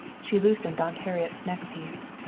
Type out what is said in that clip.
she loosened aunt harriet's neckpiece.